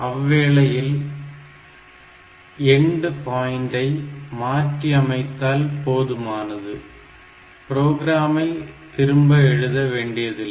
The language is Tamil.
அவ்வேளையில் எண்ட் பாயிண்டை மாற்றி அமைத்தால் போதுமானது புரோகிராமை திரும்ப எழுத வேண்டியதில்லை